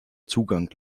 zugang